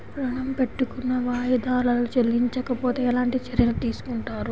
ఋణము పెట్టుకున్న వాయిదాలలో చెల్లించకపోతే ఎలాంటి చర్యలు తీసుకుంటారు?